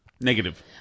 Negative